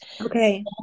Okay